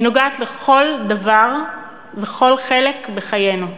היא נוגעת לכל דבר וכל חלק בחיינו.